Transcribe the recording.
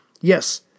Yes